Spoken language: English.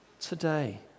today